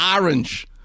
orange